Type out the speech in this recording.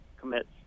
commits